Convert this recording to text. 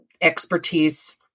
expertise